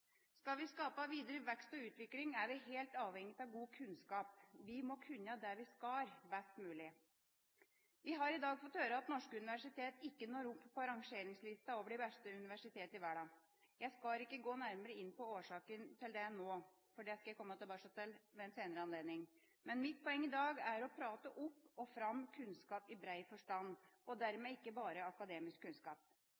Skal vi skape videre vekst og utvikling, er vi helt avhengige av god kunnskap. Vi må kunne det vi skal, best mulig. Vi har i dag fått høre at norske universitet ikke når opp på rangeringslista over de beste universitetene i verden. Jeg skal ikke gå nærmere inn på årsakene til det nå, for det skal jeg komme tilbake til ved en seinere anledning. Men mitt poeng i dag er å prate opp og fram kunnskap i brei forstand og